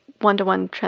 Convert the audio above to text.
one-to-one